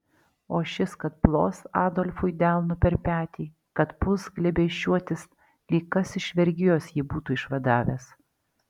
o šis kad plos adolfui delnu per petį kad puls glėbesčiuotis lyg kas iš vergijos jį būti išvadavęs